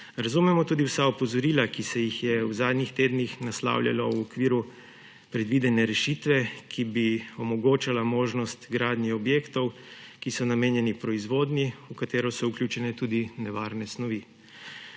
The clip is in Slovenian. Razumemo tudi vsa opozorila, ki se jih je v zadnjih tednih naslavljalo v okviru predvidene rešitve, ki bi omogočala možnost gradnje objektov, ki so namenjeni proizvodnji, v katero so vključene tudi nevarne snovi.